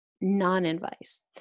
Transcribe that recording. non-advice